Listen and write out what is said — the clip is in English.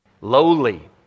lowly